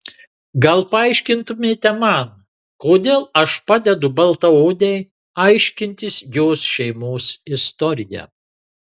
gal paaiškintumėte man kodėl aš padedu baltaodei aiškintis jos šeimos istoriją